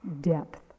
depth